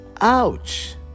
Ouch